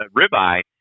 ribeye